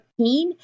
13